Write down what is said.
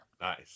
nice